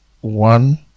one